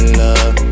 love